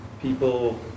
people